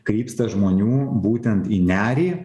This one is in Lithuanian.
krypsta žmonių būtent į nerį